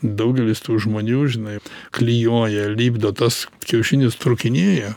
daugelis tų žmonių žinai klijuoja lipdo tas kiaušinis trūkinėja